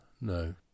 No